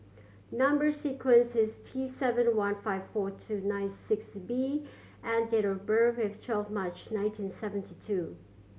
number sequence is T seven one five four two nine six B and date of birth is twelve March nineteen seventy two